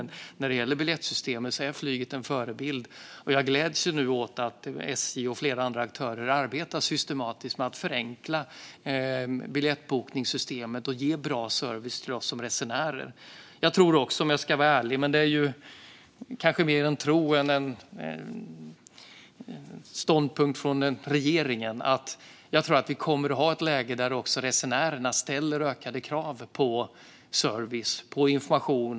När det gäller biljettsystemet är flyget en förebild. Jag gläds nu åt att SJ och flera andra aktörer arbetar systematiskt med att förenkla biljettbokningssystemet och ge bra service till oss som resenärer. Om jag ska vara ärlig tror jag också - men det kanske mer än en tro än en ståndpunkt från regeringen - att vi kommer att ha ett läge där resenärerna ställer ökade krav på service och information.